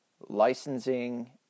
licensing